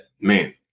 man